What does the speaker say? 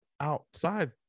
outside